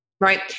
right